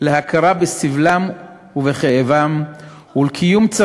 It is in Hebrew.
היא עוד דקה פה, וגם היא תהיה מסוכנת מאוד